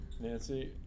Nancy